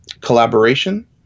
collaboration